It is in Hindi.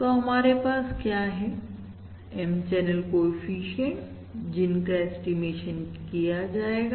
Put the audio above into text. तोहमारे पास क्या है M चैनल कोएफिशिएंट जिनका ऐस्टीमेशन किया जाएगा